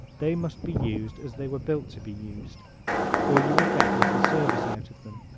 they must be used as they were built to be used or you will get little service out of them.